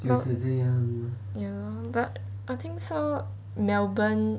ya but I 听说 melbourne